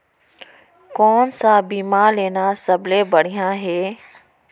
कोन स बीमा लेना सबले बढ़िया हे?